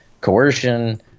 coercion